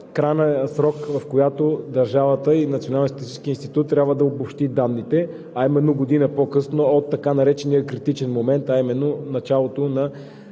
крайният срок, в която държавата и Националният статистически институт трябва да обобщи данните, а именно година по-късно от така наречения критичен момент – началото на